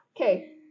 Okay